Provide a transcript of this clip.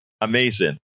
Amazing